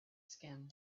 skin